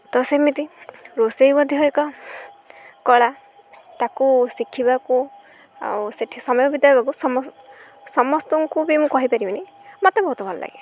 ତ ସେମିତି ରୋଷେଇ ମଧ୍ୟ ଏକ କଳା ତାକୁ ଶିଖିବାକୁ ଆଉ ସେଇଠି ସମୟ ବିତାଇବାକୁ ସମସ୍ତଙ୍କୁ ବି ମୁଁ କହିପାରିବିନି ମୋତେ ବହୁତ ଭଲ ଲାଗେ